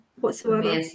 whatsoever